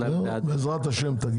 בעזרת השם.